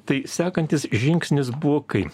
tai sekantis žingsnis buvo kai